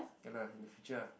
ya lah in the future ah